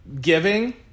giving